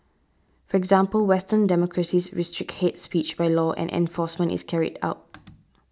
for example western democracies restrict hate speech by law and enforcement is carried out